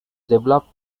developed